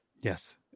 yes